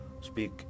Speak